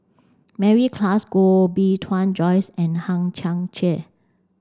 Mary Klass Koh Bee Tuan Joyce and Hang Chang Chieh